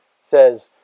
says